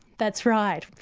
that's right.